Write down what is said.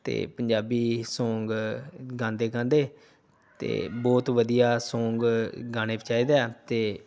ਅਤੇ ਪੰਜਾਬੀ ਸੋਂਗ ਗਾਂਦੇ ਗਾਂਦੇ ਅਤੇ ਬਹੁਤ ਵਧੀਆ ਸੋਂਗ ਗਾਉਣੇ ਚਾਹੀਦੇ ਹੈ ਅਤੇ